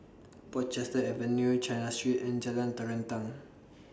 Portchester Avenue China Street and Jalan Terentang